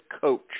coach